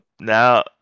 Now